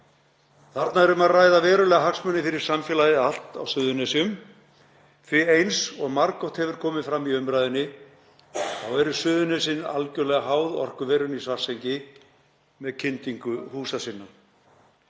Þarna er um að ræða verulega hagsmuni fyrir samfélagið allt á Suðurnesjum því eins og margoft hefur komið fram í umræðunni þá eru Suðurnesin algerlega háð orkuverinu í Svartsengi með kyndingu húsa sinna.